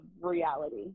reality